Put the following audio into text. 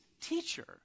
teacher